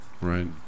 right